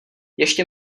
ještě